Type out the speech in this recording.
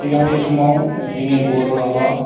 सिगांनि समाव जोंनि बर' रावा